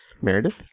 Meredith